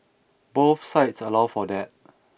both sites allow for that